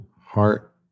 heart